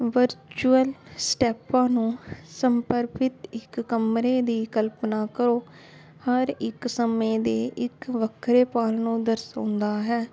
virtual ਸਟੈਪਾਂ ਨੂੰ ਸਮਰਪਿਤ ਇੱਕ ਕਮਰੇ ਦੀ ਕਲਪਨਾ ਕਰੋ ਹਰ ਇੱਕ ਸਮੇਂ ਦੇ ਇੱਕ ਵੱਖਰੇ ਪਲ ਨੂੰ ਦਰਸਾਉਂਦਾ ਹੈ